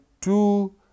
two